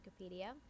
wikipedia